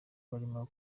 barimo